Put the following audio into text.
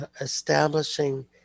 establishing